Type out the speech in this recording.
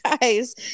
guys